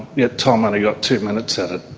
yet tom only got two minutes at at